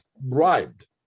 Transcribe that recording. bribed